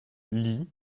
lit